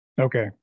Okay